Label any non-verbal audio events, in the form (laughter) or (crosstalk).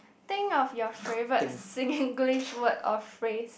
think of your favourite Singlish (laughs) word or phrase